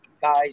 Guys